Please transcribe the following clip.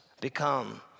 become